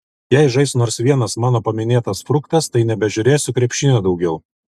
jei žais nors vienas mano paminėtas fruktas tai nebežiūrėsiu krepšinio daugiau